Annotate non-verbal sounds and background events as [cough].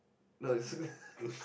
no it's [laughs]